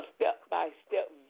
step-by-step